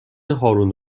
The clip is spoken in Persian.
هارون